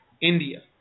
India